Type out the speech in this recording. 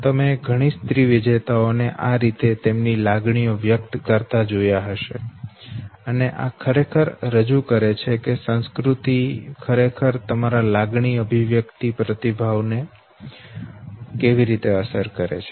તમે ઘણી સ્ત્રી વિજેતાઓને આ રીતે તેમની લાગણીઓ વ્યક્ત કરતા જોયા હશે અને આ ખરેખર રજૂ કરે છે કે સંસ્કૃતિ ખરેખર તમારા લાગણી અભિવ્યક્તિ પ્રભાવને કેવી રીતે અસર કરે છે